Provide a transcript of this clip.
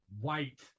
White